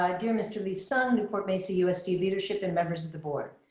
um dear mr. lee-sung, newport-mesa usd leadership and members of the board.